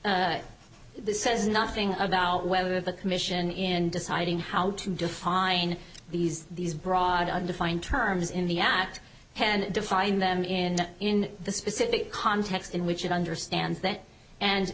act says nothing about whether the commission in deciding how to define these these broad undefined terms in the act and defined them in in the specific context in which understands that and